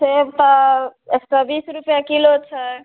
सेब तऽ एक सए बीस रुपैए किलो छै